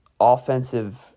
offensive